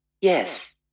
yes